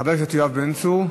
חבר הכנסת יואב בן צור,